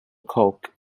cooke